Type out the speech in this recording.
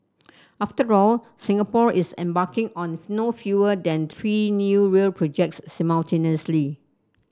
after all Singapore is embarking on no fewer than three new rail projects simultaneously